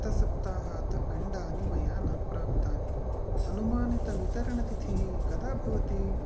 गतसप्ताहात् अण्डानि मया न प्राप्तानि अनुमानितवितरणतिथिः कदा भवति